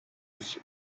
age